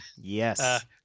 yes